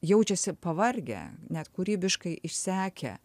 jaučiasi pavargę net kūrybiškai išsekę